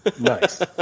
Nice